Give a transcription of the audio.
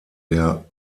der